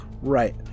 Right